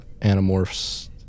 Animorphs